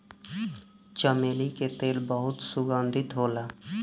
चमेली के तेल बहुत सुगंधित होला